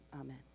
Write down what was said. amen